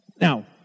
Now